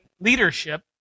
leadership